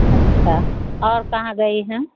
अच्छा और कहाँ गई हैं